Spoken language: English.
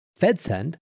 FedSend